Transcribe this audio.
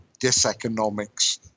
diseconomics